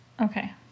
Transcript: Okay